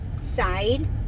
Side